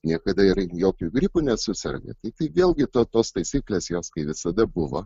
niekada ir jokiu gripu nesuserga tai vėl gi to tos taisyklės jos kai visada buvo